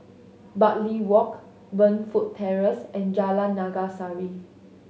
Bartley Walk Burnfoot Terrace and Jalan Naga Sari